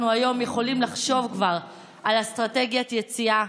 היום יכולים לחשוב כבר על אסטרטגיית יציאה.